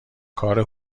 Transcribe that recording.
کار